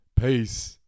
Peace